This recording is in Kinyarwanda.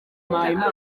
abana